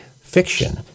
fiction